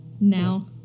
now